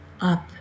up